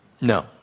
No